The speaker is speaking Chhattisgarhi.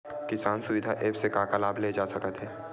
किसान सुविधा एप्प से का का लाभ ले जा सकत हे?